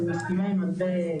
אני מסכימה עם מה שנאמר.